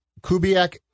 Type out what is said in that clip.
Kubiak